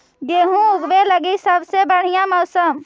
गेहूँ ऊगवे लगी सबसे बढ़िया मौसम?